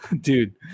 Dude